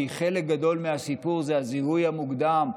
כי חלק גדול מהסיפור זה הזיהוי המוקדם,